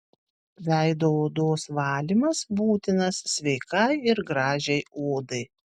veido odos valymas būtinas sveikai ir gražiai odai